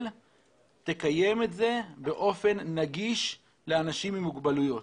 תקיים את זה באופן נגיש לאנשים עם מוגבלויות.